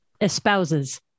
espouses